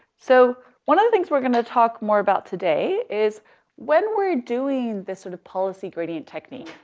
so one of the things we're gonna talk more about today, is when we're doing this sort of policy gradient technique.